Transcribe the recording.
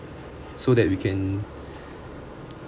so that we can